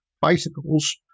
bicycles